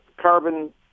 carbon